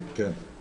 כן, כן.